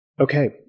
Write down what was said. okay